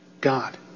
God